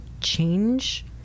change